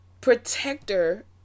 protector